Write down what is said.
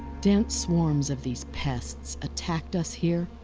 dense swarms of these pests attacked us here,